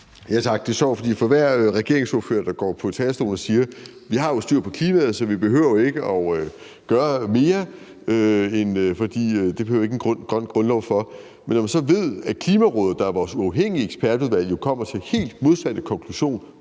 Tak. Det er sjovt; hver regeringsordfører, der går på talerstolen, siger, at vi har styr på klimaet, så vi vel ikke behøver at gøre mere, og at det behøver vi ikke en grøn grundlov for. Men når man så ved, at Klimarådet, der er vores uafhængige ekspertudvalg, kommer til den helt modsatte konklusion